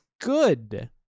good